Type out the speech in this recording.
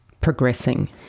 progressing